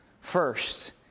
first